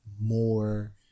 more